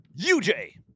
UJ